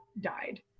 died